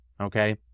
okay